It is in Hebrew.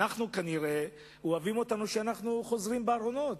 כנראה אוהבים אותנו כשאנחנו חוזרים בארונות,